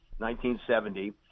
1970